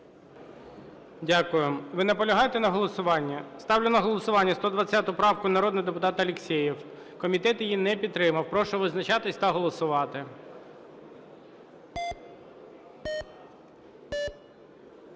Дякую. Ви наполягаєте на голосуванні? Ставлю на голосування 120 правку, народний депутат Алєксєєв, комітет її не підтримав. Прошу визначатися та голосувати.